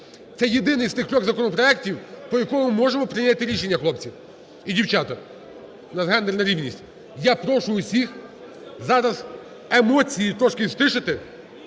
Це єдиний з тих трьох законопроектів, по якому ми можемо прийняти рішення, хлопці і дівчата, у нас гендерна рівність. Я прошу всіх зараз емоції трішки стишити,